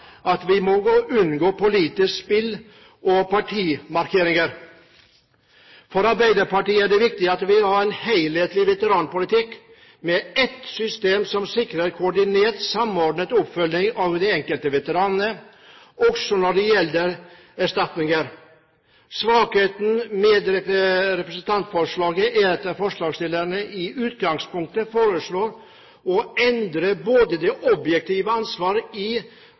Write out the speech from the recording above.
at vi må unngå politisk spill og partimarkeringer. For Arbeiderpartiet er det viktig at vi har en helhetlig veteranpolitikk med ett system som sikrer koordinert og samordnet oppfølging av de enkelte veteranene, også når det gjelder erstatninger. Svakheten med representantforslaget er at forslagsstillerne i utgangspunktet foreslår å endre både det objektive ansvaret i